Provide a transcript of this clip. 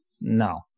No